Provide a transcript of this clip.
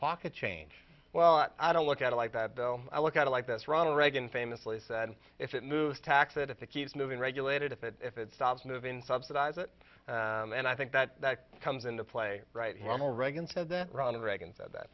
pocket change well i don't look at it like that though i look at it like this ronald reagan famously said if it moves tax it if it keeps moving regulated if it if it stops moving subsidize it and i think that that comes into play right hamel reagan said that